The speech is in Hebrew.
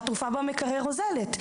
והתרופה במקרר אוזלת.